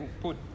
put